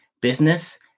business